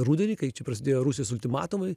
rudenį kai čia prasidėjo rusijos ultimatumai